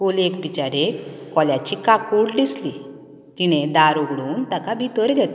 कोलयेक बिचारेक कोल्याची काकूट दिसली तिणें दार उगडून तेका भितर घेतलो